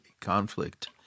conflict